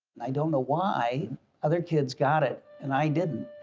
i don't know why other kids got it and i didn't.